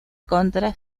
contra